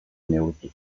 neurtu